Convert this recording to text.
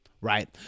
right